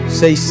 say